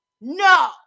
No